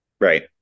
Right